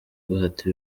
guhata